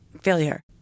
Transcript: failure